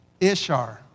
Ishar